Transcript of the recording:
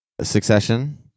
Succession